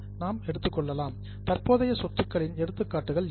கரண்ட assets தற்போதைய சொத்துக்களின் எடுத்துக்காட்டுகள் என்ன